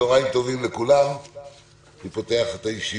צוהריים טובים לכולם, אני פותח את הישיבה